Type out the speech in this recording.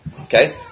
Okay